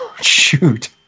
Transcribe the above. Shoot